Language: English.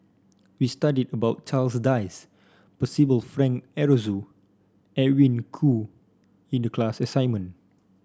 we studied about Charles Dyce Percival Frank Aroozoo Edwin Koo in the class assignment